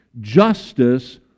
justice